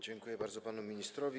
Dziękuję bardzo panu ministrowi.